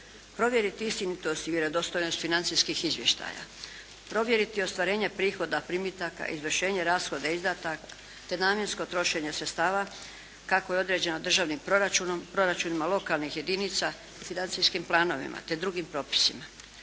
provjeriti istinitost i vjerodostojnost financijskih izvještaja, provjeriti ostvarenje prihoda, primitaka i izvršenje rashoda …/Govornik se ne razumije./… te namjensko trošenje sredstava kako je određeno državnim proračunom, proračunima lokalnih jedinica i financijskim planovima te drugim propisima,